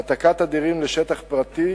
העתקת הדירים לשטח פרטי,